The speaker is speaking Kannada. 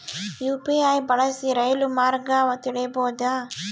ಯು.ಪಿ.ಐ ಬಳಸಿ ರೈಲು ಮಾರ್ಗ ತಿಳೇಬೋದ?